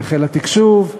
בחיל התקשוב,